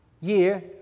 year